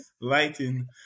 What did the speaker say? lighting